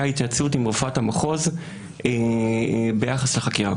היה התייעצות עם רופאת המחוז ביחס לחקירה.